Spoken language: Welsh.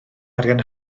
arian